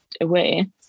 away